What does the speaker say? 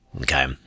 Okay